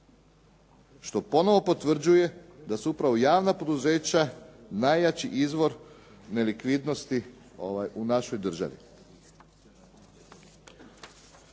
što ponovo potvrđuje da su upravo javna poduzeća najjači izvor nelikvidnosti u našoj državi.